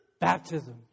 baptism